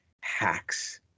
hacks